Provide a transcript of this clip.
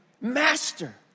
master